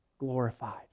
glorified